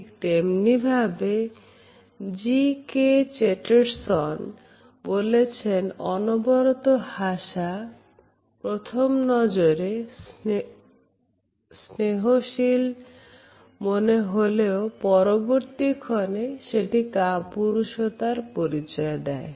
ঠিক তেমনি ভাবে G K Chesterton বলেছেন অনবরত হাসা প্রথম নজরে স্নেহশীল মনে হলেও পরবর্তী ক্ষণে সেটি কাপুরুষতার পরিচয় দেয়